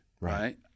Right